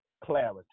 clarity